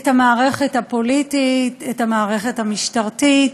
את המערכת הפוליטית, את המערכת המשטרתית.